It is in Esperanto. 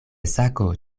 sako